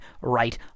right